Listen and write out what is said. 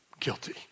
Guilty